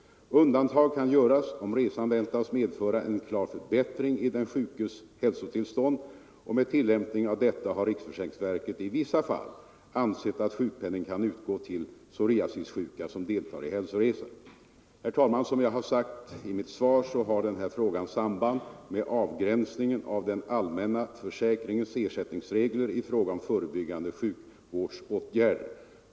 Undantag kan göras om resan väntas medföra en klar förbättring i den sjukes hälsotillstånd. Med tillämpning av dessa regler har riksförsäkringsverket i vissa fall ansett att sjukpenning kan utgå till psoriasissjuka som deltar i hälsoresa. Herr talman! Som jag har sagt i mitt svar, har denna fråga samband med avgränsningen av den allmänna försäkringskassans ersättningsregler i fråga om förebyggande sjukvårdsåtgärder.